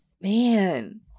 man